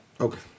Okay